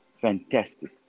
Fantastic